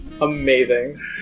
Amazing